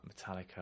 Metallica